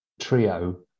trio